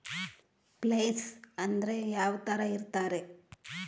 Place ಅಂದ್ರೆ ಯಾವ್ತರ ಇರ್ತಾರೆ?